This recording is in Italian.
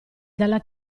dalla